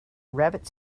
rabbit